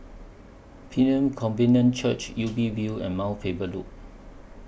Pilgrim Covenant Church Ubi View and Mount Faber Loop